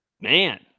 Man